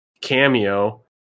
cameo